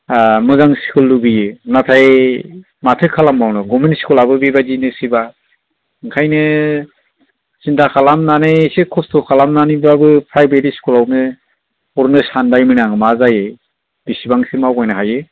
मोजां स्कुल लुबैयो नाथाय माथो खालामबावनो गभारमेन्त स्कुलाबो बेबादिनोसैबा ओंखायनो सिन्था खालामनानै इसे खस्थ' खालामनानैब्लाबो प्रायभेत स्कुला वनो हरनो सानबायमोन आं मा जायो बेसेबांसिम आवगायनो हायो